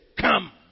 Come